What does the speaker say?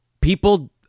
People